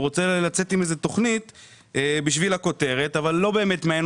הוא רוצה לצאת עם איזו תכנית בשביל הכותרת אבל לא באמת מעניין